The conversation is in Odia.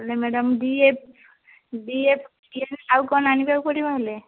ହେଲେ ମ୍ୟାଡ଼ାମ ଡିଏଫ ଡିଏଫ୍ ଆଉ କ'ଣ ଆଣିବାକୁ ପଡ଼ିବ ହେଲେ